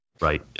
Right